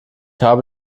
habe